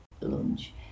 lunch